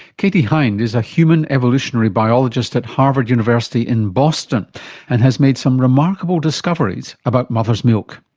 katie hinde is a human evolutionary biologist at harvard university in boston and has made some remarkable discoveries about mother's milk.